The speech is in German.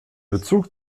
bezug